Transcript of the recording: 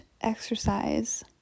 exercise